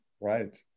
Right